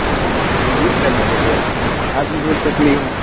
दुःख काहे लागैत हय अहाँ भी बोल सकली हँ